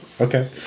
Okay